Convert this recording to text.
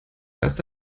erst